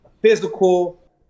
physical